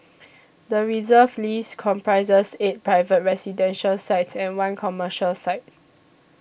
the Reserve List comprises eight private residential sites and one commercial site